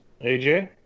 AJ